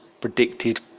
predicted